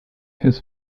his